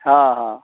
हँ हँ